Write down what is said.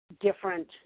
different